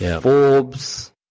Forbes